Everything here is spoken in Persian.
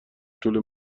طول